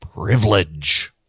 privilege